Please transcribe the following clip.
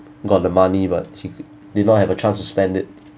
got the money but he did not have a chance to spend it